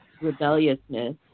rebelliousness